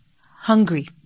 hungry